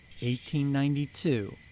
1892